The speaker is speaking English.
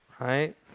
right